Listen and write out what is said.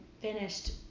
finished